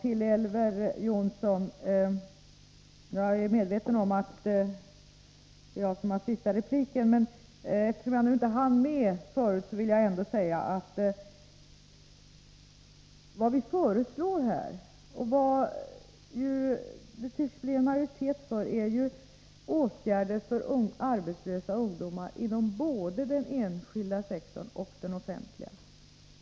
Fru talman! Jag är medveten om att det är jag som har sista ordet, men eftersom jag inte hann med det förut vill jag ändå säga följande till Elver Jonsson. Vad vi föreslår och som det tycks bli en majoritet för är ju åtgärder för arbetslösa ungdomar inom både den enskilda och den offentliga sektorn.